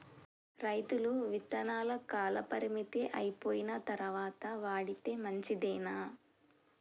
రైతులు విత్తనాల కాలపరిమితి అయిపోయిన తరువాత వాడితే మంచిదేనా?